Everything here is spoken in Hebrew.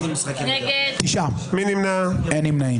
הצבעה לא אושרו.